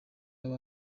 baba